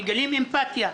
מגלים אמפתיה.